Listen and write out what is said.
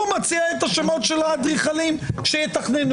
הוא מציע את השמות של האדריכלים שיתכננו.